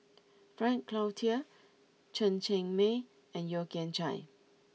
Frank Cloutier Chen Cheng Mei and Yeo Kian Chye